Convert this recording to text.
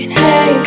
hey